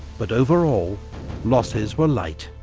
but overall losses were light.